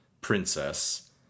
princess